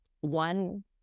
one